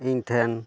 ᱤᱧ ᱴᱷᱮᱱ